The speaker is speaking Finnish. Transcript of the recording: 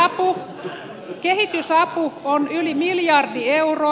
samaten kehitysapu on yli miljardi euroa